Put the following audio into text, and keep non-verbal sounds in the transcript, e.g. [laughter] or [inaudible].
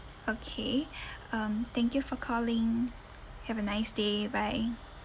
okay [breath] um thank you for calling have a nice day bye